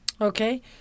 Okay